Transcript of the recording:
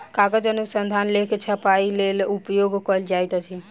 कागज अनुसंधान लेख के छपाईक लेल उपयोग कयल जाइत अछि